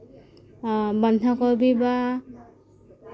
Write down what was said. বন্ধাকবি বা